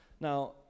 Now